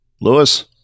Lewis